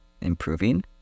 improving